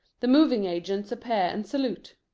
the moving agents appear and salute.